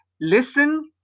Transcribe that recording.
Listen